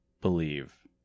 believe